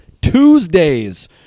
Tuesdays